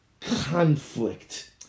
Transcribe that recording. conflict